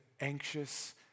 anxious